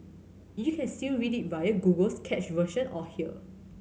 you can still read it via Google's cached version or here